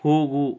ಹೋಗು